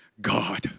God